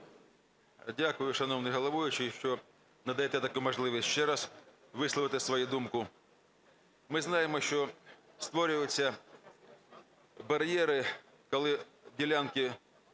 Дякую, шановний головуючий, що надаєте таку можливість ще раз висловити свою думку. Ми знаємо, що створюються бар'єри, коли ділянки